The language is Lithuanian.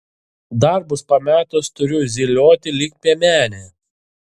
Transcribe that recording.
darbus pametus turiu zylioti lyg piemenė